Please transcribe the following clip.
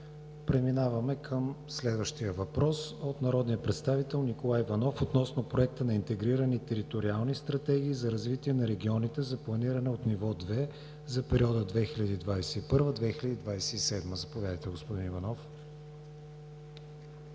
Преминаваме към следващия въпрос от народния представител Николай Иванов относно Проекта на интегрирани териториални стратегии за развитие на регионите за планиране от ниво 2 за периода 2021 – 2027 г. Заповядайте, господин Иванов.